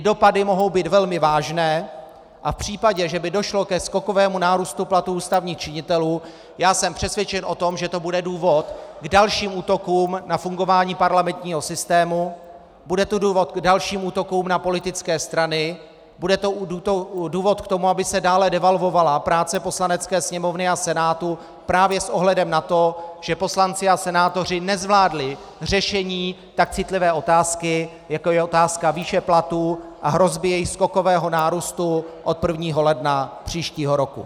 Dopady mohou být velmi vážné a v případě, že by došlo ke skokovému nárůstu platů ústavních činitelů, jsem přesvědčen o tom, že to bude důvod k dalším útokům na fungování parlamentního systému, bude to důvod k dalším útokům na politické strany, bude to důvod k tomu, aby se dále devalvovala práce Poslanecké sněmovny a Senátu právě s ohledem na to, že poslanci a senátoři nezvládli řešení tak citlivé otázky, jako je otázka výše platu a hrozby jeho skokového nárůstu od 1. ledna příštího roku.